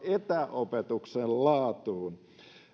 etäopetuksen laatuun